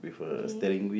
K